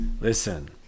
listen